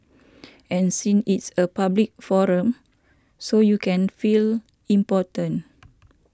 and since it's a public forum so you can feel important